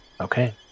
okay